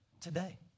today